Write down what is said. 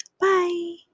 bye